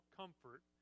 comfort